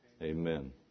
Amen